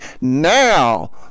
now